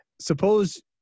suppose